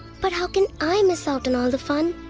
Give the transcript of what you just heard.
but how can i miss out on all the fun!